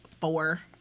four